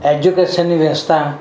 એજ્યુકેશનની વ્યવસ્થા